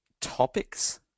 topics